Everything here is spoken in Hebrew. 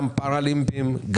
גם פאראלימפיים,